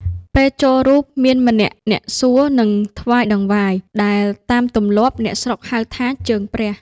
ពេលចូលរូបមានម្នាក់អ្នកសួរ និងថ្វាយតង្វាយ ដែលតាមទម្លាប់អ្នកស្រុកហៅ ថា "ជើងព្រះ” ។